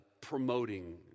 promoting